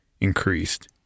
increased